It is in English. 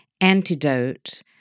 antidote